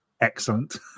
Excellent